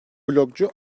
blogcu